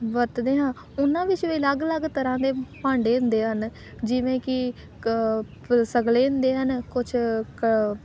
ਵਰਤਦੇ ਹਾਂ ਉਹਨਾਂ ਵਿੱਚ ਵੀ ਅਲੱਗ ਅਲੱਗ ਤਰ੍ਹਾਂ ਦੇ ਭਾਂਡੇ ਹੁੰਦੇ ਹਨ ਜਿਵੇਂ ਕਿ ਕ ਸਗਲੇ ਹੁੰਦੇ ਹਨ ਕੁਛ ਕ